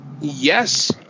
Yes